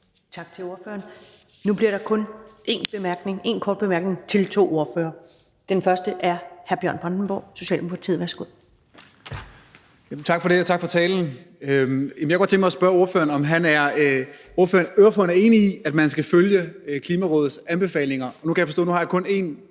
Tak til ordføreren. Nu bliver der kun én kort bemærkning til to ordførere. Den første er hr. Bjørn Brandenborg, Socialdemokratiet. Værsgo. Kl. 14:37 Bjørn Brandenborg (S): Tak for det. Og tak for talen. Jeg kunne godt tænke mig at spørge ordføreren, om ordføreren er enig i, at man skal følge Klimarådets anbefalinger. Og nu kan jeg forstå, at jeg kun har én kort